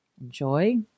Enjoy